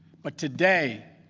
but today,